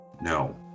No